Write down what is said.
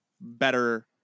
better